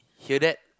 hear that